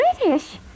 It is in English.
British